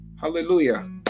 hallelujah